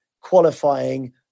qualifying